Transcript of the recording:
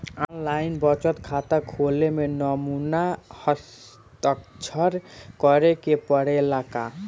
आन line बचत खाता खोले में नमूना हस्ताक्षर करेके पड़ेला का?